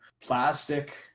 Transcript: plastic